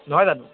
নহয় জানো